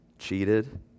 cheated